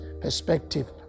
perspective